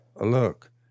Look